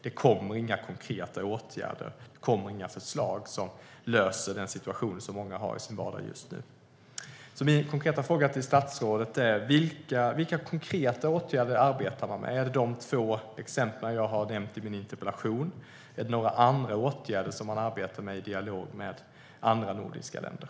Det kommer inga förslag på konkreta åtgärder som löser den situation som många befinner sig i i sin vardag just nu. Vilka konkreta åtgärder arbetar man med? Är det de två exempel jag nämnde i min interpellation? Är det några andra åtgärder i dialog med andra nordiska länder?